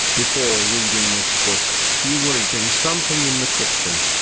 before reading this book, you were eating something in the kitchen.